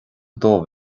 dubh